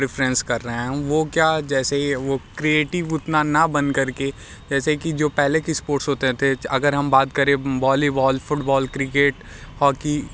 preference कर रहे हैं वो क्या जैसे ये वो क्रिएटिव उतना ना बनकर के जैसे कि जो पहले की स्पोर्ट्स होते थे अगर हम बात करें बॉलीबॉल फ़ुटबॉल क्रिकेट हॉकी